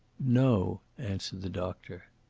no, answered the doctor.